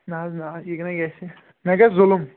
نہٕ حظ نہٕ یہِ نےَ گژھِی مےٚ گژھِ ظُلم